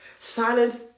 Silence